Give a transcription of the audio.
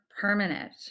permanent